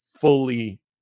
fully